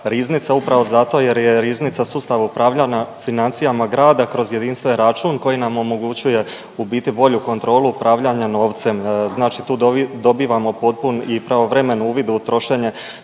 upravo zato jer je riznica sustav upravljanja financijama grada kroz jedinstven račun koji nam omogućuje u biti bolju kontrolu upravljanja novcem. Znači tu dobivamo potpun i pravovremen uvid u trošenje